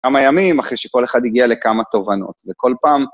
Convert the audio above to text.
כמה ימים אחרי שכל אחד הגיע לכמה תובנות וכל פעם...